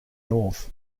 north